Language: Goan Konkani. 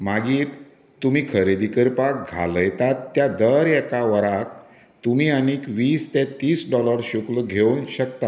मागीर तुमी खरेदी करपाक घालयतात त्या दर एका वराक तुमी आनी वीस ते तीस डॉलर शुक्ल घेवं शकतात